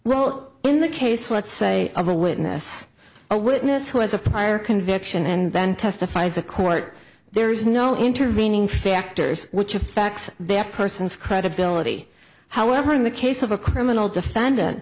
role in the case let's say of a witness a witness who has a prior conviction and then testifies a court there is no intervening factors which are facts that person's credibility however in the case of a criminal defendant